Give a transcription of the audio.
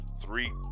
three